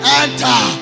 enter